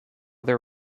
their